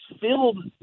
filled